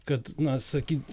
kad na sakyt